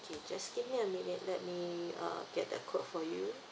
okay just give me a minute let me uh get that quote for you